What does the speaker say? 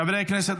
חברי הכנסת,